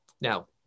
Now